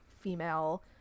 female